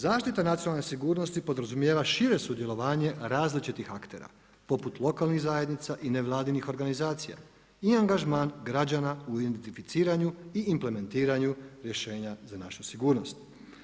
Zaštita nacionalne sigurnosti podrazumijeva šire sudjelovanje različitih aktera poput lokalnih zajednica i nevladinih organizacija i angažman građana u identificiranju i implementiranju rješenja za našu sigurnost.